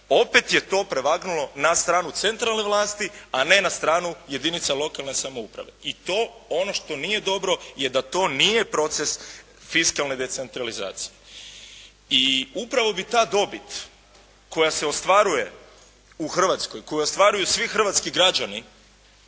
opet je to prevagnulo na stranu centralne vlasti, a ne na stranu jedinica lokalne samouprave i to ono što nije dobro je da to nije proces fiskalne decentralizacije. I upravo bi ta dobit koja se ostvaruje u Hrvatskoj, koju ostvaruju svi hrvatski građani,